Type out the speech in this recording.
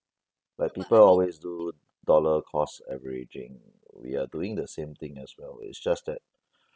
like people always do dollar cost averaging we are doing the same thing as well it's just that